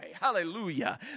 Hallelujah